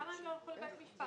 למה הם לא ילכו לבית משפט?